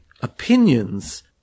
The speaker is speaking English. opinions